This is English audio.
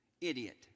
idiot